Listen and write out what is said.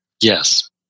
Yes